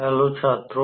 hello छात्रों